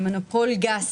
אבל אני שונאת מונופולים,